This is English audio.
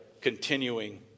continuing